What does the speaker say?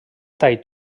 tai